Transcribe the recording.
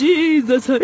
Jesus